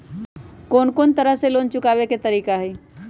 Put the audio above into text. कोन को तरह से लोन चुकावे के तरीका हई?